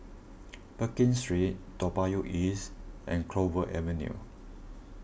Pekin Street Toa Payoh East and Clover Avenue